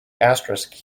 asterisk